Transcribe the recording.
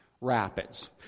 Rapids